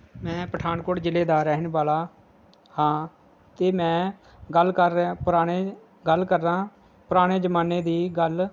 ਮੈਂ ਪਠਾਨਕੋਟ ਜ਼ਿਲ੍ਹੇ ਦਾ ਰਹਿਣ ਵਾਲਾ ਹਾਂ ਅਤੇ ਮੈਂ ਗੱਲ ਕਰ ਰਿਹਾ ਪੁਰਾਣੇ ਗੱਲ ਕਰਦਾ ਪੁਰਾਣੇ ਜ਼ਮਾਨੇ ਦੀ ਗੱਲ